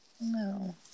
no